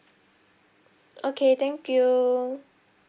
okay thank you